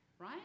right